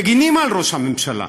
מגינים על ראש הממשלה.